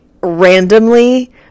randomly